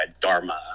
Dharma